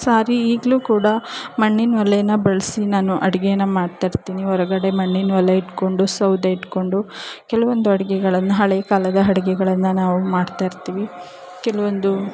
ಸಾರಿ ಈಗಲೂ ಕೂಡ ಮಣ್ಣಿನ ಒಲೆಯನ್ನ ಬಳಸಿ ನಾನು ಅಡುಗೇನ ಮಾಡ್ತಾಯಿರ್ತೀನಿ ಹೊರ್ಗಡೆ ಮಣ್ಣಿನ ಒಲೆ ಇಟ್ಕೊಂಡು ಸೌದೆ ಇಟ್ಕೊಂಡು ಕೆಲವೊಂದು ಅಡುಗೆಗಳನ್ನ ಹಳೆ ಕಾಲದ ಅಡುಗೆಗಳನ್ನ ನಾವು ಮಾಡ್ತಾಯಿರ್ತೀವಿ ಕೆಲವೊಂದು